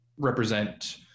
Represent